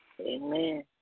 Amen